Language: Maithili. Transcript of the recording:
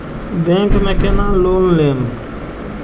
बैंक में केना लोन लेम?